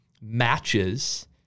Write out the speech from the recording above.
matches